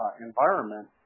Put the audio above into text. environment